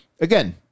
again